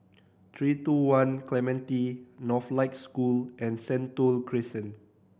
Three Two One Clementi Northlight School and Sentul Crescent